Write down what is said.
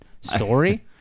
story